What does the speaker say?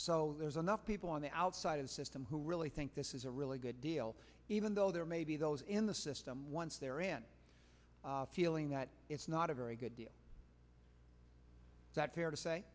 so there's enough people on the outside of the system who really think this is a really good deal even though there may be those in the system once they're in feeling that it's not a very good deal that fair to say